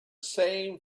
same